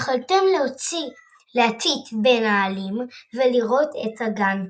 יכלתם להציץ בין העלים ולראות — את הגן,